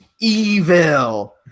Evil